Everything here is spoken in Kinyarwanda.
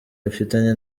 afitanye